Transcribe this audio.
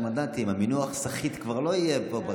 מנדטים המינוח "סחיט" כבר לא יהיה פה בכנסת.